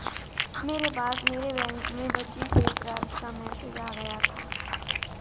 मेरे पास मेरे बैंक में बची शेष राशि का मेसेज आ गया था